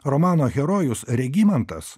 romano herojus regimantas